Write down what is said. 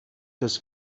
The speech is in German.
das